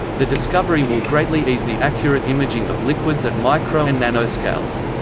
the discovery will greatly ease the accurate imaging of liquids at micro and nanoscales.